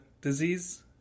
disease